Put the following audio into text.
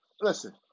listen